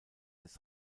des